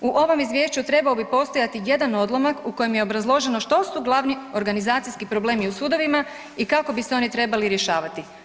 U ovom izvješću trebao bi postojati jedan odlomak u kojem je obrazloženo što su glavni organizacijski problemi u sudovima i kako bi se oni trebali rješavati.